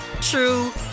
true